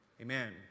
Amen